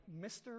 Mr